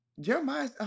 Jeremiah